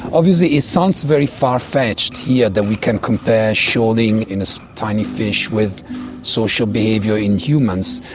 obviously it sounds very far-fetched here, that we can compare shoaling in a so tiny fish with social behaviour in humans,